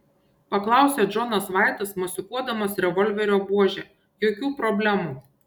paklausė džonas vaitas mosikuodamas revolverio buože jokių problemų